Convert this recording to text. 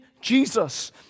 Jesus